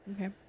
Okay